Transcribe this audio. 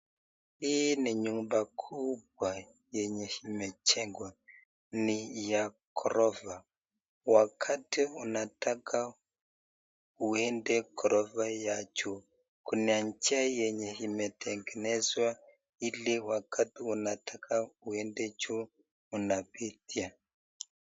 Hii ni nyumba kubwa yenye imejengwa, ni ya ghorofa. Wakati unataka uenda ghorofa ya juu kuna njia yenye imetengenezwa ili wakati unataka uende juu unapitia.